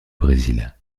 brésil